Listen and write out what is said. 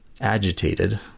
agitated